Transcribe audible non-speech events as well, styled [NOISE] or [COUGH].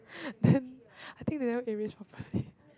[BREATH] then I think they never erase properly